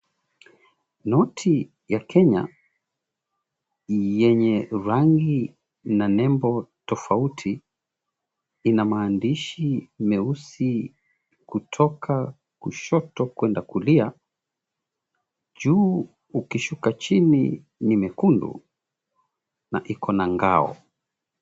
Mti ya Kenya yenye rangi na nembo tofauti ina maandishi meusi kutoka kushoto kuenda kulia. Juu ukishuka chini ni mekundu na ikona ngao.